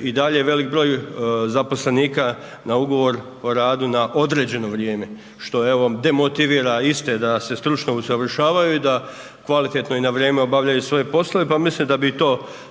i dalje je velik broj zaposlenika na ugovor o radu na određeno vrijeme, što evo demotivira iste da se stručno usavršavaju i da kvalitetno i na vrijeme obavljaju svoje poslove. Pa mislim da bi i to trebalo